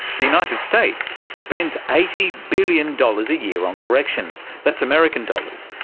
the united states spends eighty billion dollars a year on corrections. that's american dollars.